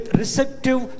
receptive